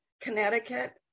Connecticut